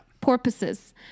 Porpoises